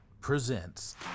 presents